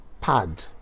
pad